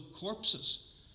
corpses